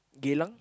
Geylang